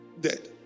dead